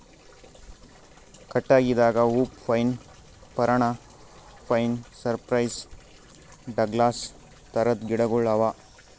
ಕಟ್ಟಗಿದಾಗ hoop pine, Parana pine, cypress, Douglas ಥರದ್ ಗಿಡಗೋಳು ಅವಾ